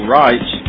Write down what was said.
rights